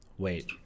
Wait